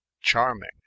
charming